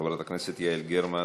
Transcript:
חברת הכנסת יעל גרמן,